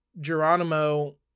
Geronimo